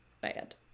bad